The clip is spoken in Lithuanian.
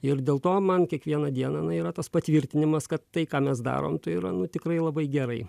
ir dėl to man kiekvieną dieną na yra tas patvirtinimas kad tai ką mes darom tai yra nu tikrai labai gerai